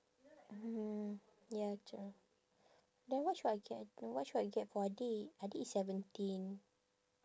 mm ya true then what should I get what should I get for adik adik seventeen